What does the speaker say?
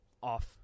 off